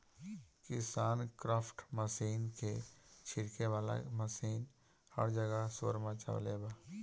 KisanKraft machine क छिड़के वाला मशीन हर जगह शोर मचवले बा